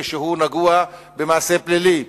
כשהוא נגוע במעשה פלילי,